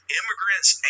immigrants